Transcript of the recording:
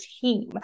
team